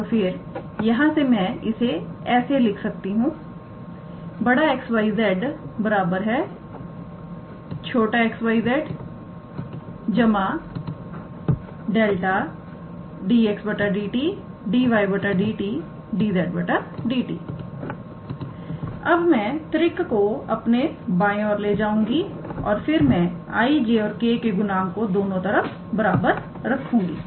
तो फिर यहां से मैं इसे ऐसे लिख सकती हूं 𝑋 𝑌 𝑍 𝑥 𝑦 𝑧 𝜆 𝑑𝑥 𝑑𝑡 𝑑𝑦𝑑𝑡 𝑑𝑧 𝑑𝑡 अब मैं त्रिक को अपने बाय और ले जाऊंगी और फिर मैं 𝑖̂𝑗̂ और 𝑘̂ के गुणांक को दोनों तरफ बराबर रखूंगी